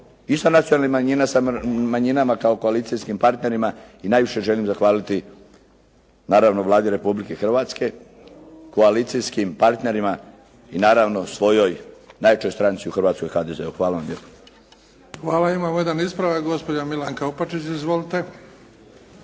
isto nacionalne manjine, samo manjinama kao koalicijskim partnerima i najviše želim zahvaliti naravno Vladi Republike Hrvatske, koalicijskim partnerima i naravno svojoj najjačoj stranci u Hrvatskoj HDZ-u. Hvala vam lijepo. **Bebić, Luka (HDZ)** Hvala. Imamo jedan ispravak, gospođa Milanka Opačić. Izvolite.